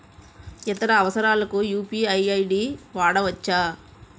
ఇతర అవసరాలకు UPI ID వాడవచ్చా?